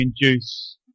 induce